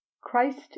Christ